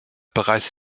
bereits